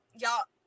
y'all